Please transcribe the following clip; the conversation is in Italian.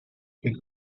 che